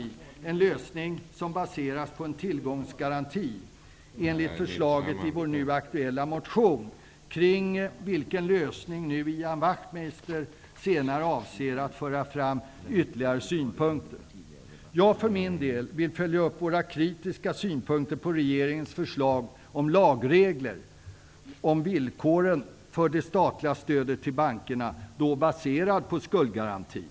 Det är en lösning som baseras på en tillgångsgaranti enligt förslaget i vår nu aktuella motion kring vilken lösning nu Ian Wachtmeister senare avser att föra fram ytterligare synpunkter. Jag vill för min del följa upp våra kritiska synpunkter på regeringens förslag till lagregler om villkoren för det statliga stödet till bankerna, baserat på skuldgarantin.